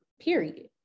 period